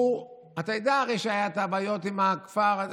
אתה יודע שהיו בעיות עם הכפר.